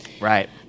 Right